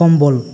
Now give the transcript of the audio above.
ᱠᱚᱢᱵᱚᱞ